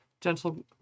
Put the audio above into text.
gentle